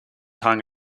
hung